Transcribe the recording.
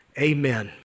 amen